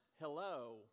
hello